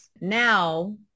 Now